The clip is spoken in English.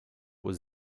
was